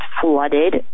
flooded